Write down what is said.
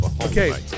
Okay